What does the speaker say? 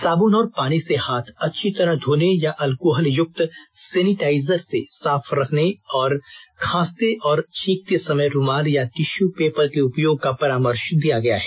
साबुन और पानी से हाथ अच्छी तरह धोने या अल्कोहल युक्त सेनिटाइजर से साफ करने तथा खांसते और छींकते समय रूमाल या टिश्यू पेपर के उपयोग का परामर्श दिया गया है